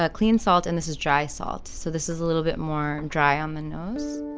ah clean salt. and this is dry salt. so this is a little bit more dry on the nose